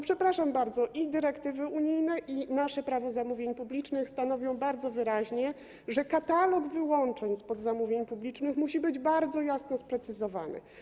Przepraszam bardzo, i dyrektywy unijne, i nasze Prawo zamówień publicznych stanowią bardzo wyraźnie, że katalog wyłączeń spod prawa zamówień publicznych musi być bardzo jasno sprecyzowany.